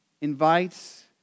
invites